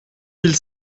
mille